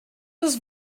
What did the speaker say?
des